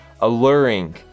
alluring